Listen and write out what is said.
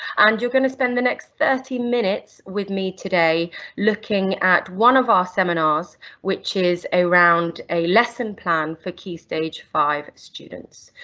and you're going to spend the next thirty minutes with me today looking at one of our seminars which is around a lesson plan for key stage five students.